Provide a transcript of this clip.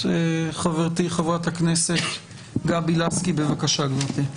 חברת הכנסת גבי לסקי, בבקשה גברתי.